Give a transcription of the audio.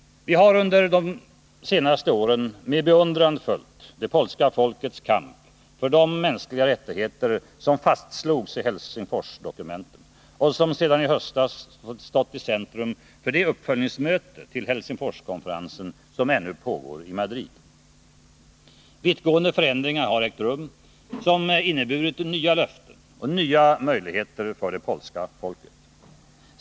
Vi har under de senaste åren med beundran följt det polska folkets kamp för de mänskliga rättigheter som fastslogs i Helsingforsdokumenten och som sedan i höstas stått i centrum för den uppföljning av Helsingforskonferensen som ännu pågår i Madrid. Vittgående förändringar har ägt rum, som inneburit nya löften och nya möjligheter för det polska folket.